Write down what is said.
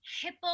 hippo